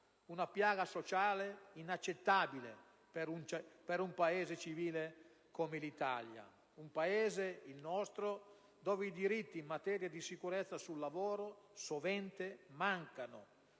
Una piaga sociale inaccettabile per un Paese civile come l'Italia; un Paese, il nostro, dove i diritti in materia di sicurezza sul lavoro sovente sono